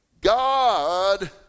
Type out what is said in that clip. God